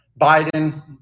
Biden